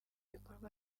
ibikorwa